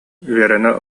үөрэнэ